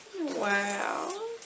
Wow